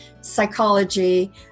psychology